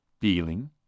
feeling